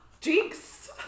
Jinx